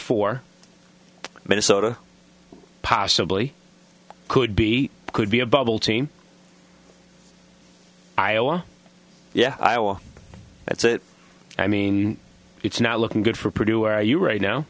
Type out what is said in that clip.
for minnesota possibly could be could be a bubble team iowa yeah iowa that's it i mean it's not looking good for produce where you are right now